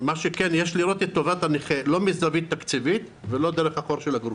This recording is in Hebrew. יש לראות את טובת הנכה לא מזווית תקציבית ולא דרך החור של הגרוש.